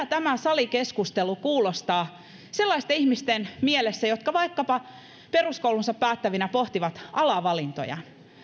tämä salikeskustelu kuulostaa sellaisten ihmisten mielessä jotka vaikkapa peruskoulunsa päättävinä pohtivat alavalintoja